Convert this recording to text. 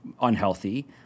unhealthy